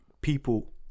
people